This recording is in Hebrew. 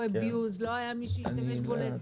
לא מה מי שיעשה בו אביוז,